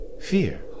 fear